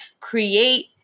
create